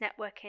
networking